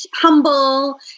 humble